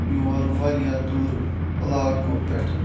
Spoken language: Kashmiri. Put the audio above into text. یور واریاہ دوٗرِ علاقو پٮ۪ٹھ